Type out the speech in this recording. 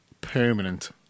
permanent